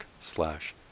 slash